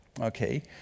Okay